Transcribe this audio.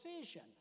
decision